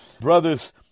brothers